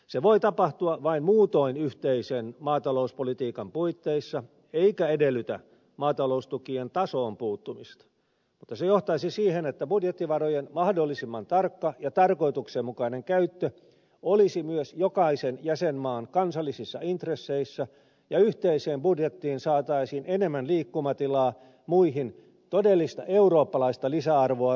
se voi tapahtua vain muutoin yhteisen maatalouspolitiikan puitteissa eikä edellytä maataloustukien tasoon puuttumista mutta se johtaisi siihen että budjettivarojen mahdollisimman tarkka ja tarkoituksenmukainen käyttö olisi myös jokaisen jäsenmaan kansallisissa intresseissä ja yhteiseen budjettiin saataisiin enemmän liikkumatilaa muihin todellista eurooppalaista lisäarvoa luoviin tarkoituksiin